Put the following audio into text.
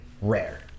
rare